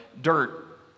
dirt